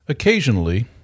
Occasionally